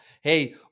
hey